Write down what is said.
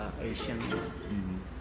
Asian